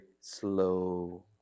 slow